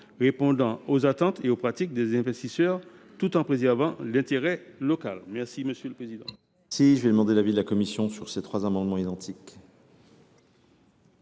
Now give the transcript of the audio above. répondant aux attentes et aux pratiques des investisseurs, tout en préservant l’intérêt local. Quel est l’avis de